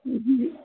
ہوں ہوں ہوں